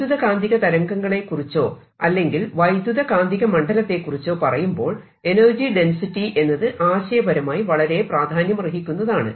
വൈദ്യുത കാന്തിക തരംഗങ്ങളെ കുറിച്ചോ അല്ലെങ്കിൽ വൈദ്യുത കാന്തിക മണ്ഡലത്തെകുറിച്ചോ പറയുമ്പോൾ എനർജി ഡെൻസിറ്റി എന്നത് ആശയപരമായി വളരെ പ്രാധാന്യമർഹിക്കുന്നതാണ്